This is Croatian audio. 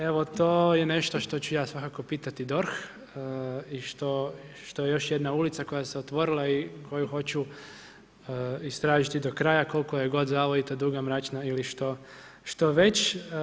Evo to je nešto što ću ja svakako pitati DORH i što je još jedna ulica koja se otvorila i koju hoću istražiti do kraja, koliko je god zavojita, duga, mračna ili što već.